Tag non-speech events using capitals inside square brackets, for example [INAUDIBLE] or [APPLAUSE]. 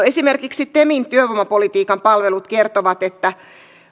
[UNINTELLIGIBLE] esimerkiksi temin työvoimapolitiikan palvelut kertovat että